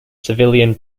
civilian